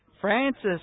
Francis